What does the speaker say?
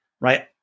Right